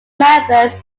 members